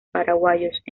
paraguayos